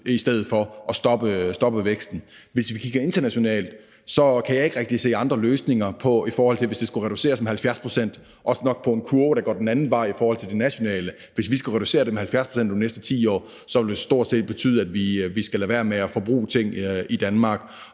i stedet for at stoppe væksten. Hvis vi kigger på det internationalt, kan jeg ikke rigtig se andre løsninger, i forhold til hvis det skulle reduceres med 70 pct. – også nok med en kurve, der går den anden vej i forhold til det nationale. Hvis vi skulle reducere det med 70 pct. over de næste 10 år, ville det stort set betyde, at vi skulle lade være med at forbruge ting i Danmark.